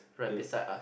right beside us